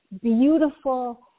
beautiful